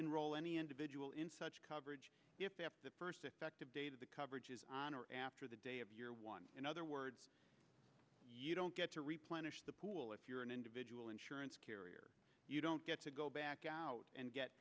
enroll any individual in such coverage if they have the first effective date of the coverage is on or after the day of year one in other words you don't get to replenish the pool if you're an individual insurance carrier you don't get to go back out and get